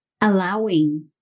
allowing